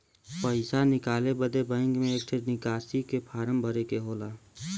पइसा निकाले बदे बैंक मे एक ठे निकासी के फारम भरे के होला